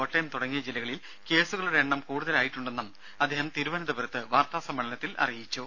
കോട്ടയം തുടങ്ങിയ ജില്ലകളിൽ കേസുകളുടെ എണ്ണം കൂടുതലായിട്ടുണ്ടെന്നും അദ്ദേഹം തിരുവനന്തപുരത്ത് വാർത്താ സമ്മേളനത്തിൽ അറിയിച്ചു